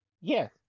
Yes